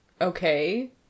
okay